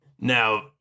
Now